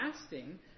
fasting